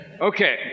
Okay